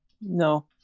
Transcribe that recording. no